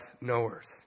knowers